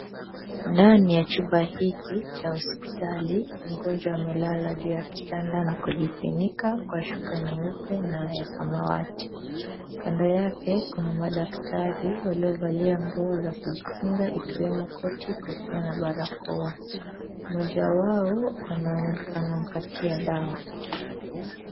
Ndani ya chumba hiki cha hosipitali mgonjwa amelela juu ya kitanda na kujifinika kwa shuka nyeupe na ya samawati kando yake kuna madakitari walio valia nguo za kujikinga ikiwemo koti, kofia na barakoa mmoja wao anampatia dawa.